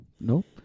Nope